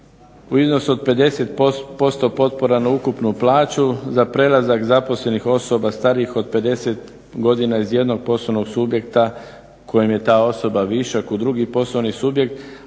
u iznosu od 50% potpora na ukupnu plaću za prelazak zaposlenih osoba starijih od 50 godina iz jednog poslovnog subjekta kojem je ta osoba višak u drugi poslovni subjekt,